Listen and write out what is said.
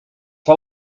for